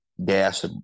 gas